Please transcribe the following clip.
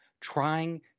trying